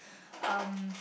um